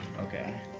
Okay